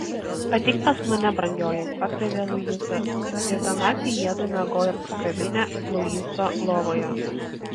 ateik pas mane brangioji pakvietė luisas ir tą naktį jiedu miegojo apsikabinę luiso lovoje